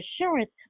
assurance